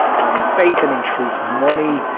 are in faith and in truth money,